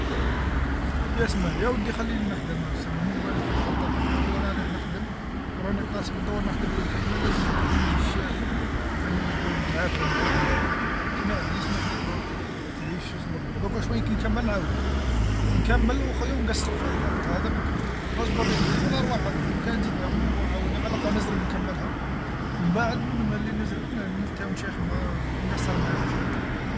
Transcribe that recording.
يا سمع يا ودي خليني نخدم ما قبيل و أنت تعطل فيا و الله غ راني رايح نخدم و راني نخدم هذي الخدمه لازم نعقب ما يجي الشاف، ثاني يقول نتعافر معاهم و لا، اسمعتني اسمحلي ترا تعيش أصبر توك شويا كنكمل نعاودلك، نكمل أخويا و نقسرو في هذي الهدرا هذا مكان، أصبر تعيش و لا أرواح عاوني لوكان تجي تعاوني على الأقل نزرب نكملها مبعد ملي نزرب نلتهو نشيخ مع نقصر معاك و نشيخ معاك.